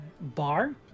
bar